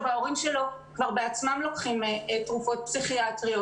וההורים שלו בעצמם כבר לוקחים תרופות פסיכיאטריות.